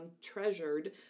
treasured